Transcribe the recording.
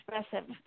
expressive